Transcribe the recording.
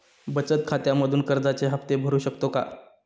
बचत खात्यामधून कर्जाचे हफ्ते भरू शकतो का?